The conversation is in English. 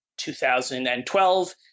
2012